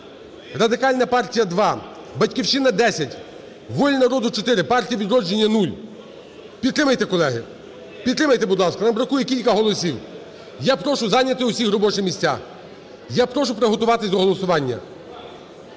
Радикальна партія – 2, "Батьківщина" – 10, "Воля народу" – 4, "Партія "Відродження" – 0. Підтримайте, колеги, підтримайте, будь ласка, нам бракує кілька голосів. Я прошу зайняти усіх робочі місця. Я прошу приготуватися до голосування,